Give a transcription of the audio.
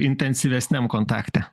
intensyvesniam kontakte